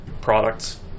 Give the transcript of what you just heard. products